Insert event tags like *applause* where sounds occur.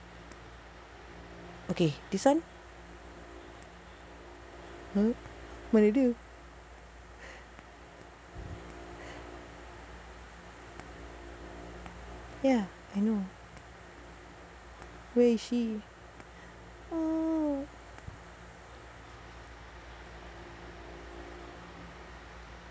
okay this [one] hmm mana dia *breath* ya I know where is she oh